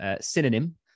Synonym